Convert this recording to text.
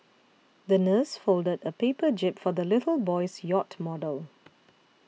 the nurse folded a paper jib for the little boy's yacht model